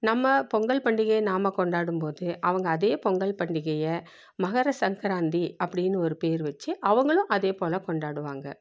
நம்ம பொங்கல் பண்டிகை நாம கொண்டாடும்போது அவங்க அதே பொங்கல் பண்டிகையை மகர சங்கராந்தி அப்படின்னு ஒரு பெயரு வச்சி அவங்களும் அதேபோல் கொண்டாடுவாங்க